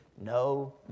no